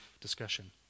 discussion